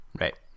Right